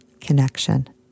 connection